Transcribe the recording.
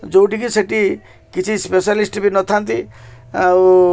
ଯେଉଁଠିକି ସେଠି କିଛି ସ୍ପେଶାଲିଷ୍ଟ ବି ନଥାନ୍ତି ଆଉ